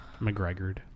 mcgregor